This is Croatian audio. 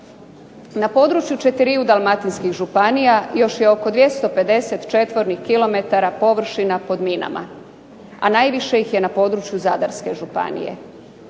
Na području četiriju dalmatinskih županija još je oko 250 m2 površina pod minama, a najviše ih je na području Zadarske županije.